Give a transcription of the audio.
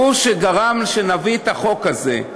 והוא שגרם שנביא את החוק הזה.